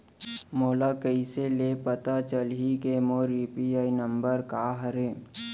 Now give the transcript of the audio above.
मोला कइसे ले पता चलही के मोर यू.पी.आई नंबर का हरे?